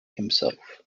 himself